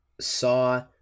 saw